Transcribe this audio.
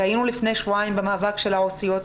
היינו לפני שבועיים במאבק של העו"סיות,